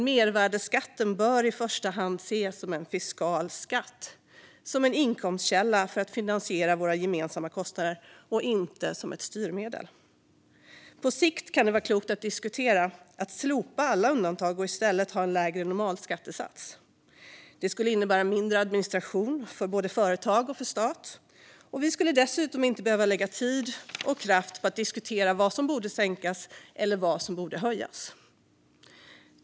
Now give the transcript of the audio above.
Mervärdesskatten bör dock i första hand ses som en fiskal skatt, alltså som en inkomstkälla för att finansiera våra gemensamma kostnader, och inte som ett styrmedel. På sikt kan det vara klokt att diskutera att slopa alla undantag och i stället ha en lägre normalskattesats. Det skulle innebära mindre administration både för företag och stat, och vi skulle dessutom inte behöva lägga tid och kraft på att diskutera vad som borde sänkas eller höjas.